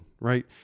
right